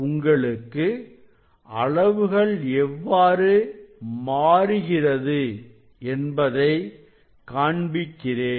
உங்களுக்கு அளவுகள் எவ்வாறு மாறுகிறது என்பதை காண்பிக்கிறேன்